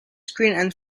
screen